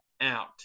out